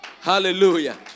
Hallelujah